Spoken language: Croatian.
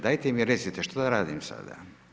Dajte mi recite što da radim sada?